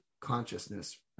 consciousness